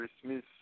Christmas